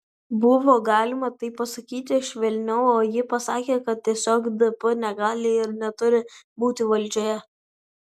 buvo galima tai pasakyti švelniau o ji pasakė kad tiesiog dp negali ir neturi būti valdžioje